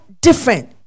different